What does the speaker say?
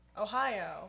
Ohio